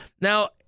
Now